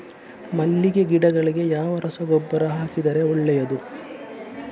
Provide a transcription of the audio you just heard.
ಮಲ್ಲಿಗೆ ಗಿಡಗಳಿಗೆ ಯಾವ ರಸಗೊಬ್ಬರ ಹಾಕಿದರೆ ಒಳ್ಳೆಯದು?